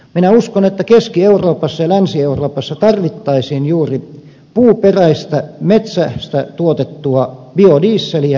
minä uskon että keski euroopassa ja länsi euroopassa tarvittaisiin juuri puuperäistä metsästä tuotettua biodieseliä